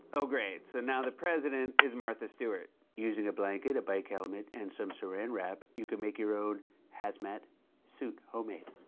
oh, great. so now the president is martha stewart. using a blanket, a bike helmet, and some saran wrap, you can make your own hazmat suit. homemade.